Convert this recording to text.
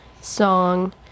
song